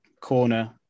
corner